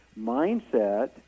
mindset